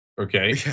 Okay